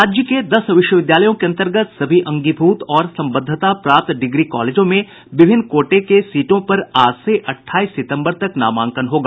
राज्य के दस विश्वविद्यालयों के अंतर्गत सभी अंगीभूत और संबद्धता प्राप्त डिग्री कॉलेजों में विभिन्न कोटों के सीटों पर आज से अठाईस सितम्बर तक नामांकन होगा